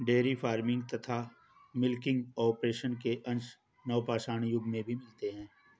dairy farming तथा milking operation के अंश नवपाषाण युग में भी मिलते हैं